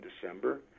December